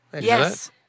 Yes